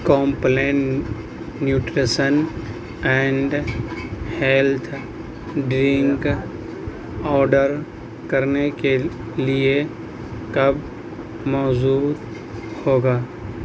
Complan nutrition and health drink order کرنے کے لیے کب موجود ہوگا